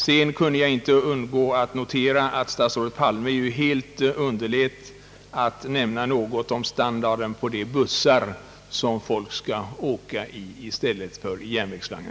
Slutligen kunde jag inte undgå att notera, att statsrådet Palme helt underlät att nämna något om standarden på de bussar som folk skall åka i i stället för på järnvägen.